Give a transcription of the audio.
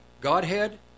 Godhead